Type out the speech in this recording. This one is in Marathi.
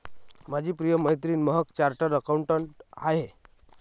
माझी प्रिय मैत्रीण महक चार्टर्ड अकाउंटंट आहे